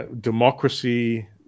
democracy